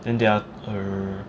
and they are err